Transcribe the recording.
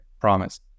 Promise